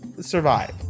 survive